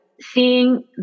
seeing